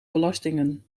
belastingen